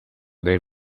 they